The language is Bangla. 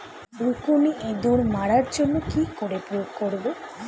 রুকুনি ইঁদুর মারার জন্য কি করে প্রয়োগ করব?